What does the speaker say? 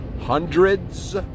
hundreds